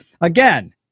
again